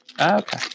Okay